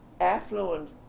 affluent